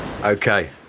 okay